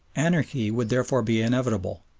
anarchy would therefore be inevitable,